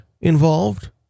involved